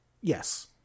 Yes